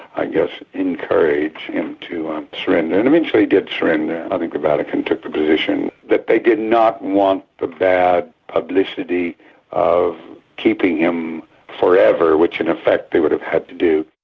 i guess, encourage him to surrender. and eventually he did surrender. i think the vatican took the position that they did not want the bad publicity of keeping him forever, which in effect they would have had to do.